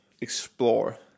explore